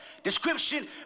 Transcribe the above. description